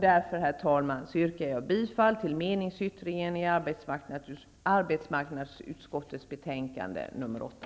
Därför, herr talman, yrkar jag bifall till meningsyttringen i arbetsmarknadsutskottets betänkande nr 8.